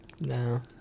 No